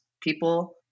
people